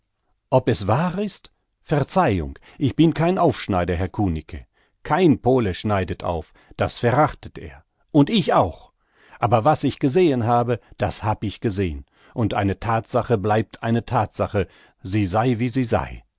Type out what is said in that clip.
ob es wahr ist verzeihung ich bin kein aufschneider herr kunicke kein pole schneidet auf das verachtet er und ich auch aber was ich gesehn habe das hab ich gesehn und eine thatsache bleibt eine thatsache sie sei wie sie sei